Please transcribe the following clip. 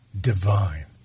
divine